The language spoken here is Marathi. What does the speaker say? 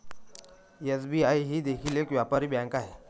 एस.बी.आई ही देखील एक व्यापारी बँक आहे